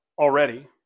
already